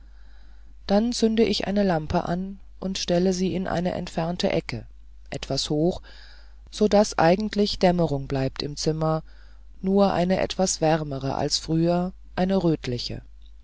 dann zünde ich eine lampe an und stelle sie in eine entfernte ecke etwas hoch so daß eigentlich dämmerung bleibt im zimmer nur eine etwas wärmere als früher eine rötliche